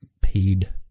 paid